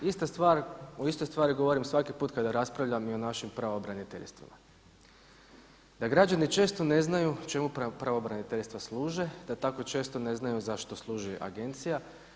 O istoj stvari govorim svaki put kada raspravljam i on našim pravobraniteljstvima, da građani često ne znaju čemu pravobraniteljstva služe, da tako često ne znaju zašto služi agencija.